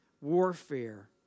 warfare